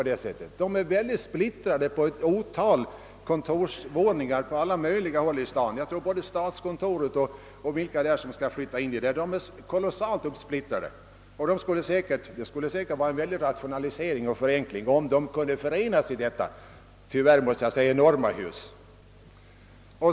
De sitter splittrade på ett stort antal våningar på alla möjliga håll i staden — det gäller t.ex. statskontoret och övriga som skall flytta till det hus som skall uppföras i kvarteret Garnisonen. Det skulle säkert innebära en bra rationalisering och förenkling om de kunde förena sig i detta — tyvärr, måste jag säga — enorma hus.